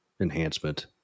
enhancement